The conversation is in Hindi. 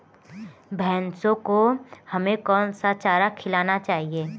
भैंसों को हमें कौन सा चारा खिलाना चाहिए?